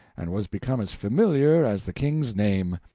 and was become as familiar as the king's name.